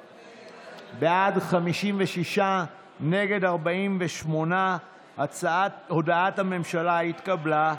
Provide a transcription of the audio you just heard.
בעד, 56, נגד 48. הודעת הממשלה התקבלה.